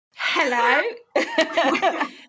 Hello